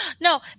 No